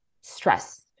stress